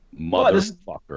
Motherfucker